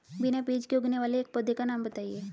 बिना बीज के उगने वाले एक पौधे का नाम बताइए